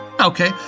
Okay